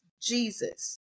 Jesus